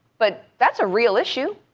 but that's a real issue,